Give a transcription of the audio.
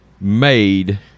made